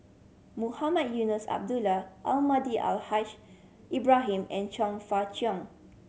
Mohamed Eunos Abdullah Almahdi Al Haj Ibrahim and Chong Fah Cheong